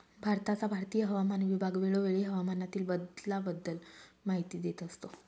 भारताचा भारतीय हवामान विभाग वेळोवेळी हवामानातील बदलाबद्दल माहिती देत असतो